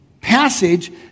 passage